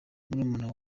murumuna